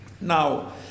Now